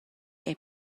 era